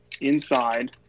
inside